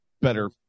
better